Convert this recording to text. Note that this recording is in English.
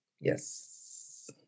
Yes